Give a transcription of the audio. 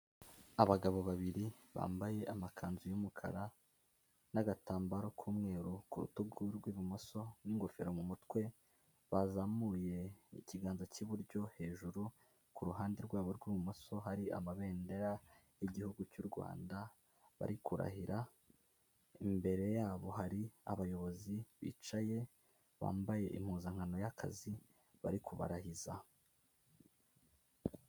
Abagabo babiri bambaye amakanzu y'umukara n'agatambaro k'umweru ku rutugu rw'ibumoso n'ingofero mu mutwe bazamuye ikiganza cy'iburyo hejuru ku ruhande rwabo rw'ibumoso hari amabendera y'igihugu cy'u Rwanda bari kurahira. Imbere yabo hari abayobozi bicaye bambaye impuzankano y'akazi bari kubarahiriza.